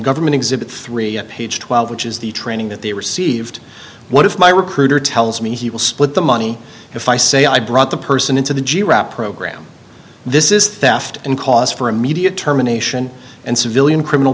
government exhibit three page twelve which is the training that they received one of my recruiter tells me he will split the money if i say i brought the person into the g rap program this is theft in cost for immediate term a nation and civilian criminal